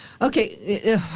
Okay